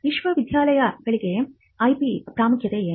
ವಿಶ್ವವಿದ್ಯಾಲಯಗಳಿಗೆ ಐಪಿ ಪ್ರಾಮುಖ್ಯತೆ ಏನು